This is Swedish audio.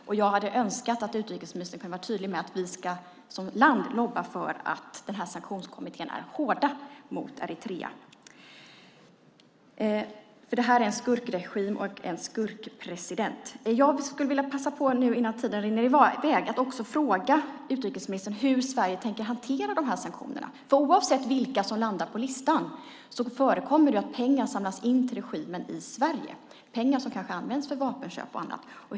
Jag hade därför önskat att utrikesministern hade varit tydlig med att vi som land ska lobba för att sanktionskommittén ska vara hård mot Eritrea, för det är en skurkregim med en skurkpresident. Hur tänker Sverige hantera sanktionerna? Det förekommer att det i Sverige samlas in pengar till regimen i Eritrea, pengar som används till vapenköp och annat.